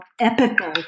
epical